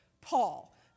Paul